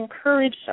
encourage